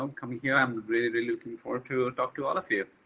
um coming here. i'm really, really looking forward to talk to all of you.